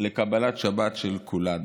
לקבלת שבת של כולנו.